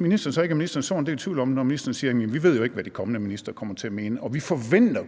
ministeren sår en del tvivl, når ministeren siger, at man jo ikke ved, hvad de kommende ministre kommer til at mene, og at man kun forventer,